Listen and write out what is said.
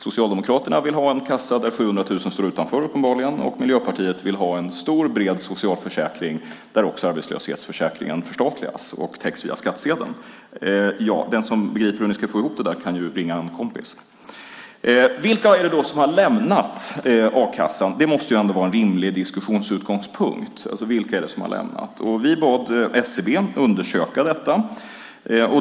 Socialdemokraterna vill ha en kassa där 700 000 uppenbarligen står utanför, och Miljöpartiet vill ha en stor, bred socialförsäkring där också arbetslöshetsförsäkringen förstatligas och täcks via skattsedeln. Den som begriper hur ni ska få ihop det där kan ju ringa en kompis. Vilka är det då som har lämnat a-kassan? Det måste ändå vara en rimlig utgångspunkt för diskussionen. Vilka är det som har lämnat? Vi bad SCB att undersöka detta.